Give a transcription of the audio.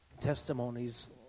testimonies